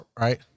right